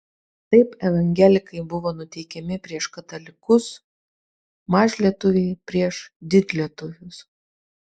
taip evangelikai buvo nuteikiami prieš katalikus mažlietuviai prieš didlietuvius